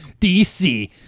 DC